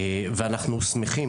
באמת,